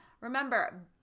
Remember